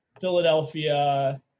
Philadelphia